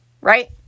right